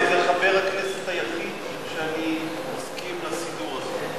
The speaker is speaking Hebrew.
זה חבר הכנסת היחיד שאני מסכים לסידור הזה.